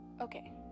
Okay